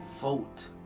vote